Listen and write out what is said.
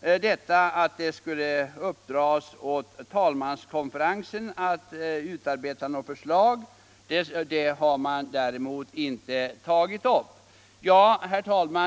Kravet att det skulle uppdras åt talmanskonferensen att utarbeta förslag har de däremot inte tagit upp. Herr talman!